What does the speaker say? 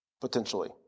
potentially